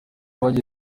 bagize